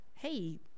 Hey